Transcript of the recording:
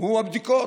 הוא הבדיקות,